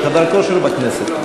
יש חדר כושר בכנסת.